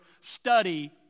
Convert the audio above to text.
study